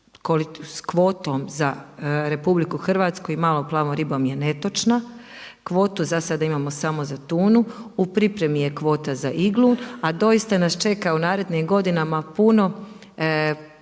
s kvotom za RH i malom plavom ribom je netočna. Kvotu za sada imamo samo za tunu. U pripremi je kvota za iglu, a doista nas čeka u narednim godinama puno